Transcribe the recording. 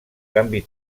canvi